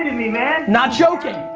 man! not joking.